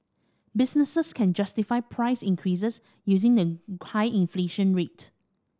businesses can justify price increases using the high inflation rate